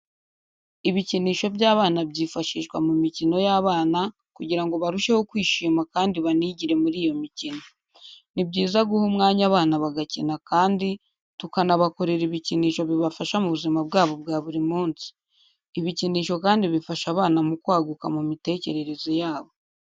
Ibikinisho by'abana byifashishwa mu mukino y'abana kugira ngo barusheho kwishima kandi banigire muri iyo mikino. Ni byiza guha umwanya abana bagakina kandi tukanabakorera ibikinisho bibafasha mubuzima bwabo bwa buri munsi. ibikinisho kandi bifasha abana mu kwaguka mumitekerereze yabo.